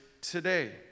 today